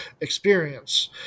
experience